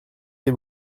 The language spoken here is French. des